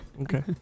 Okay